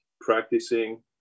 practicing